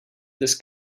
this